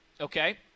Okay